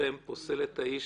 מבחינתכם פוסלת את האיש,